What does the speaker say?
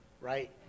right